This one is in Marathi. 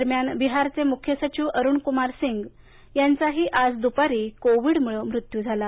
दरम्यान बिहारचे मुख्य सचिव अरुणकुमार सिंग यांचाही आज दुपारी कोविडमुळे मृत्यू झाला